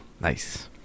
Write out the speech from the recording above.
Nice